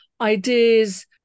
ideas